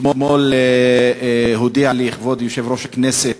אתמול הודיע לי כבוד יושב-ראש הכנסת